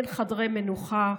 אין חדרי מנוחה,